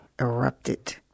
erupted